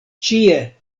ĉie